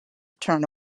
turn